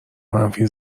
منفی